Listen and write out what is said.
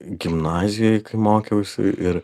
gimnazijoj kai mokiausi ir